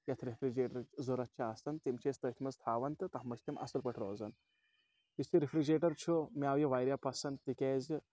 یَتھ رٮ۪فرِجریٹرٕچ ضروٗرَت چھ آسان تِم چھِ أسۍ تٔتھۍ منٛز تھَوان تہٕ تَتھ منٛز چھِ تِم اَصٕل پٲٹھۍ روزان یُس یہِ رِفرِجریٹَر چھُ مےٚ آو یہِ واریاہ پَسنٛد تِکیازِ